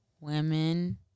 Women